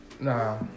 Nah